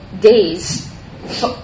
days